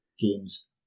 games